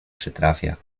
przytrafia